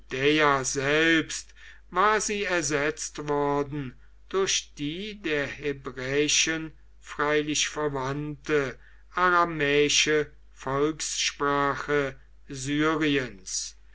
selbst war sie ersetzt worden durch die der hebräischen freilich verwandte aramäische volkssprache syriens